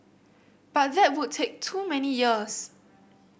but that would take too many years